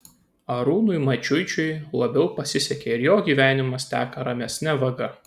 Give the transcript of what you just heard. arūnui mačiuičiui labiau pasisekė ir jo gyvenimas teka ramesne vaga